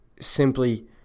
Simply